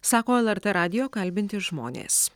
sako lrt radijo kalbinti žmonės